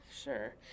Sure